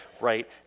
right